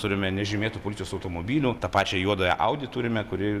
turime nežymėtų policijos automobilių tą pačią juodają audi turime kuri